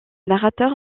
narrateur